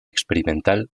experimental